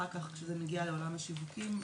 אחר כך כשזה מגיע לעולם השיווקים,